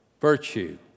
virtue